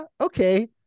okay